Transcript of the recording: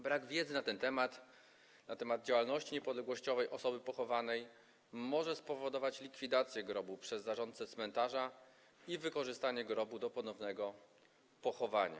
Brak wiedzy na temat działalności niepodległościowej osoby pochowanej może spowodować likwidację grobu przez zarządcę cmentarza i wykorzystanie go do ponownego pochówku.